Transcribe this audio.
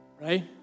right